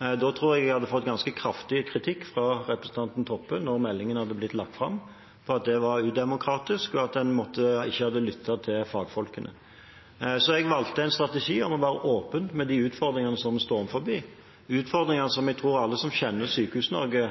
Da tror jeg at jeg ville fått ganske kraftig kritikk fra representanten Toppe når meldingen hadde blitt lagt fram, for at det var udemokratisk, og at en ikke hadde lyttet til fagfolk. Så jeg valgte en strategi om å være åpen med de utfordringene som vi står overfor − utfordringer som jeg tror alle som kjenner